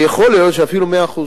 ויכול להיות שאפילו 100%,